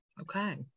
Okay